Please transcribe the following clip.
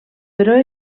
però